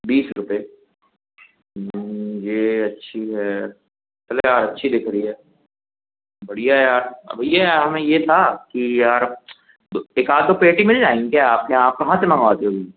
बीस रुपये ये अच्छी है चलो यार अच्छी दिख रहि है बढ़िया यार भैया हमें ये था कि यार दो एक आध दो पेटी मिल जाएंगी क्या आपके यहाँ आप कहाँ से मंगवाते हो